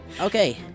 Okay